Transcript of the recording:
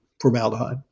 formaldehyde